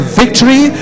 victory